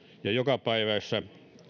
ja jokapäiväisessä